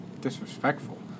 Disrespectful